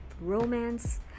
romance